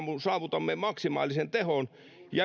saavutamme maksimaalisen tehon